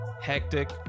hectic